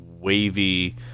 wavy